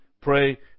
pray